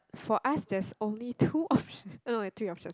for us there's only two options eh no no three options